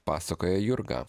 pasakoja jurga